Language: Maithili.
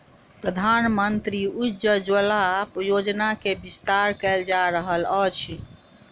प्रधानमंत्री उज्ज्वला योजना के विस्तार कयल जा रहल अछि